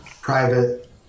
private